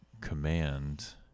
command